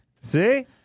See